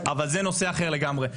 אבל זה נושא אחר לגמרי.